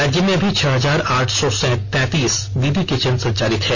राज्य में अभी छह हजार आठ सौ तैतीस दीदी किचन संचालित है